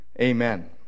amen